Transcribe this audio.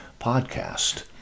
podcast